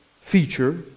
feature